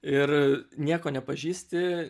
ir nieko nepažįsti